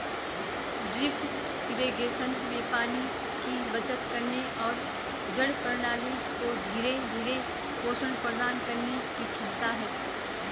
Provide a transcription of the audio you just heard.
drip irrigation में पानी की बचत करने और जड़ प्रणाली को धीरे धीरे पोषण प्रदान करने की क्षमता है